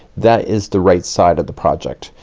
that is the right side of the project.